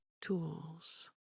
tools